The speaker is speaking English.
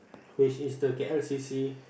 which is the K L C C